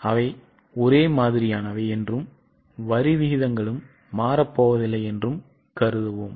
அவை ஒரே மாதிரியானவை என்றும் வரி விகிதங்களும் மாறப்போவதில்லை என்றும் கருதுவோம்